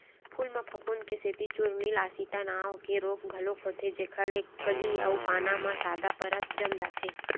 फूल म फफूंद के सेती चूर्निल आसिता नांव के रोग घलोक होथे जेखर ले कली अउ पाना म सादा परत जम जाथे